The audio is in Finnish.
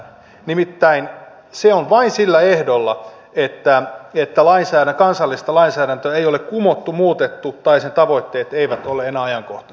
nimittäin se on vain sillä ehdolla että kansallista lainsäädäntöä ei ole kumottu muutettu tai sen tavoitteet eivät ole enää ajankohtaisia